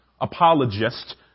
apologist